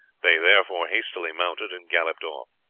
they therefore hastily mounted and galloped off.